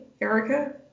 Erica